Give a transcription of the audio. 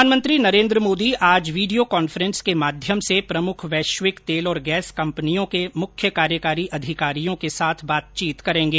प्रधानमंत्री नरेन्द्र मोदी आज video conference के माध्यम से प्रमुख वैश्विक तेल और गैस कंपनियों के मुख्य कार्यकारी अधिकारियों के साथ बातचीत करेंगे